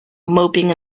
moping